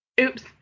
Oops